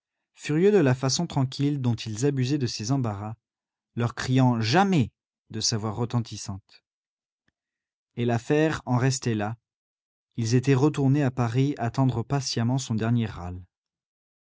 furieux de la façon tranquille dont ils abusaient de ses embarras leur criant jamais de sa voix retentissante et l'affaire en restait là ils étaient retournés à paris attendre patiemment son dernier râle